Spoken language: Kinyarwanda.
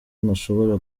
ntashobora